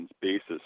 basis